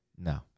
No